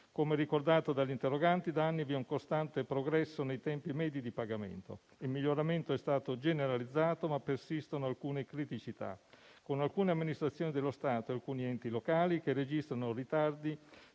Come ricordato dagli interroganti, da anni vi è un costante progresso nei tempi medi di pagamento. Il miglioramento è stato generalizzato, ma persistono alcune criticità, con alcune amministrazioni dello Stato e alcuni enti locali che registrano ritardi